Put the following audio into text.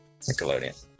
Nickelodeon